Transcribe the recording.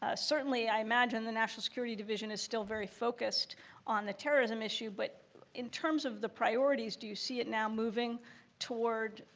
ah certainly i imagine the national security division is still very focused on the terrorism issue, but in terms of the priorities do you see it now moving toward